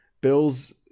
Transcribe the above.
Bills